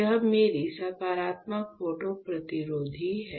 यह मेरी सकारात्मक फोटो प्रतिरोधी है